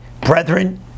Brethren